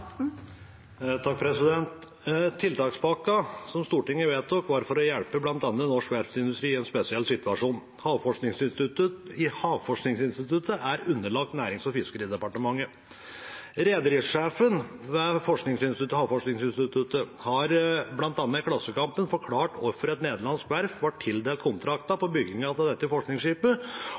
som Stortinget vedtok, var for å hjelpe bl.a. norsk verftsindustri i en spesiell situasjon. Havforskningsinstituttet er underlagt Nærings- og fiskeridepartementet. Rederisjefen ved Havforskningsinstituttet har bl.a. i Klassekampen forklart hvorfor et nederlandsk verft ble tildelt kontrakten på byggingen av dette forskningsskipet,